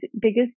biggest